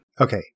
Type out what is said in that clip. Okay